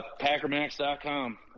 Packermax.com